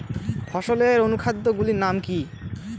ফসলের অনুখাদ্য গুলির নাম কি?